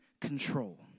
control